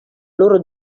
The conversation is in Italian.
loro